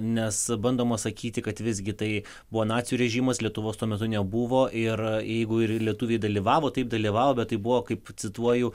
nes bandoma sakyti kad visgi tai buvo nacių režimas lietuvos tuo metu nebuvo ir jeigu ir lietuviai dalyvavo taip dalyvavo bet tai buvo kaip cituoju